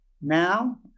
Now